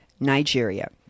Nigeria